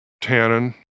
tannin